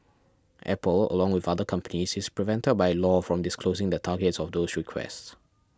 Apple along with other companies is prevented by law from disclosing the targets of those requests